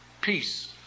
peace